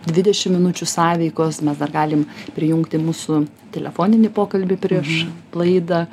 dvidešim minučių sąveikos mes dar galim prijungti mūsų telefoninį pokalbį prieš laidą